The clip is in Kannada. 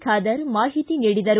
ಖಾದರ್ ಮಾಹಿತಿ ನೀಡಿದರು